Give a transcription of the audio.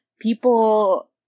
people